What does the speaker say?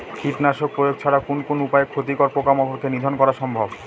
কীটনাশক প্রয়োগ ছাড়া কোন কোন উপায়ে ক্ষতিকর পোকামাকড় কে নিধন করা সম্ভব?